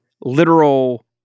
literal